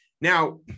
Now